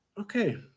Okay